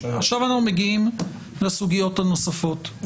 עכשיו אנחנו מגיעים לסוגיות הנוספות,